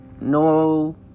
no